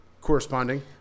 corresponding